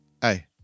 Hey